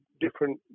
different